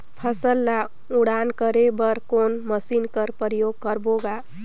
फसल ल उड़ान करे बर कोन मशीन कर प्रयोग करबो ग?